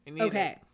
Okay